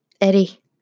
Eddie